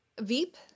veep